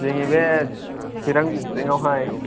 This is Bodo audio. जोंनि बे चिरां दिस्ट्रिकआवहाय